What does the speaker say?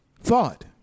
thought